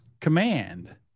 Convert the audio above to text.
command